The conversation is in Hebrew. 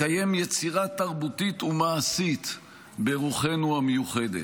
לקיים יצירה תרבותית ומעשית ברוחנו המיוחדת,